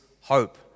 hope